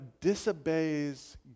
disobeys